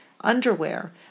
underwear